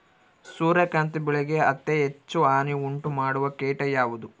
ಸೂರ್ಯಕಾಂತಿ ಬೆಳೆಗೆ ಅತೇ ಹೆಚ್ಚು ಹಾನಿ ಉಂಟು ಮಾಡುವ ಕೇಟ ಯಾವುದು?